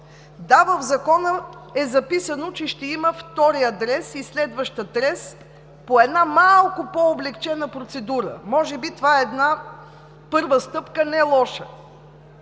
Да, в Закона е записано, че ще има втори и следващ адрес по една малко по-облекчена процедура. Може би това е една първа стъпка, която